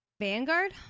Vanguard